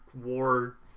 war